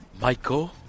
Michael